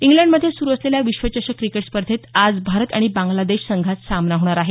इंग्लंडमध्ये सुरू असलेल्या विश्वचषक क्रिकेट स्पर्धेत आज भारत आणि बांगलादेश संघात सामना होणार आहे